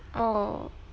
oh